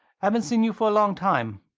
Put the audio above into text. haven't seen you for a long time.